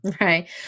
Right